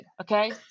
okay